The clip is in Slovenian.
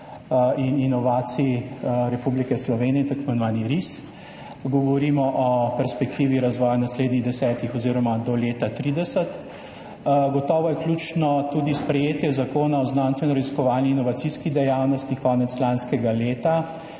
in inovacij Republike Slovenije, tako imenovani RISS. Govorimo o perspektivi razvoja naslednjih desetih let oziroma do leta 2030. Gotovo je ključno tudi sprejetje Zakona o znanstvenoraziskovalni in inovacijski dejavnosti konec lanskega leta,